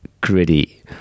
gritty